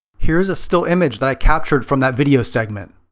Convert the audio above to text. here is a still image that i captured from that video segment.